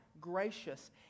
gracious